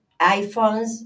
iPhones